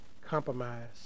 compromise